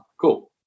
Cool